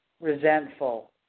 resentful